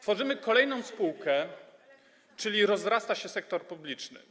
Tworzymy kolejną spółkę, czyli rozrasta się sektor publiczny.